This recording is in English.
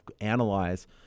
analyze